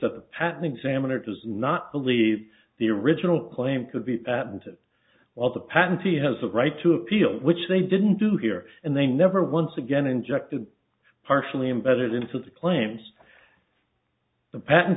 that the patent examiner does not believe the original claim to be and that while the patentee has a right to appeal which they didn't do here and they never once again injected partially embedded into the claims the patent